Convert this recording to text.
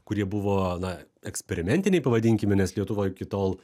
kurie buvo na eksperimentiniai pavadinkime nes lietuva iki tol